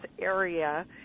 area